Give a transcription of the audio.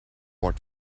what